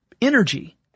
energy